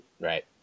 right